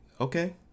okay